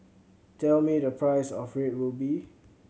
tell me the price of Red Ruby